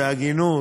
בהגינות,